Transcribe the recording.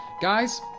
guys